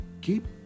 keep